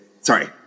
Sorry